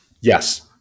Yes